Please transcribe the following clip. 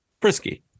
Frisky